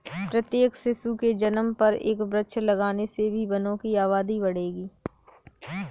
प्रत्येक शिशु के जन्म पर एक वृक्ष लगाने से भी वनों की आबादी बढ़ेगी